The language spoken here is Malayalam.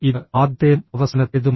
ഇത് ആദ്യത്തേതും അവസാനത്തേതുമല്ല